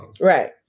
Right